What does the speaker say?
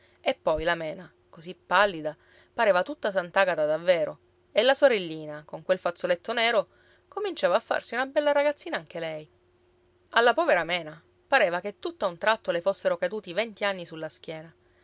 e poi la mena così pallida pareva tutta sant'agata davvero e la sorellina con quel fazzoletto nero cominciava a farsi una bella ragazzina anche lei alla povera mena pareva che tutt'a un tratto le fossero caduti venti anni sulla schiena